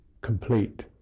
complete